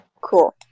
Cool